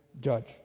judge